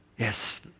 Yes